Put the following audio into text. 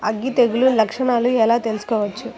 అగ్గి తెగులు లక్షణాలను ఎలా తెలుసుకోవచ్చు?